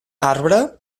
arbre